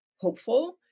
hopeful